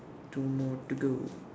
two more to go